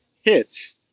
hits